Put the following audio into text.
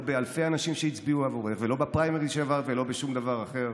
באלפי אנשים שהצביעו עבורך ולא בפריימריז שעברת ולא בשום דבר אחר.